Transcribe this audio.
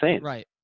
Right